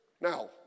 Now